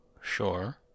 Sure